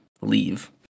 leave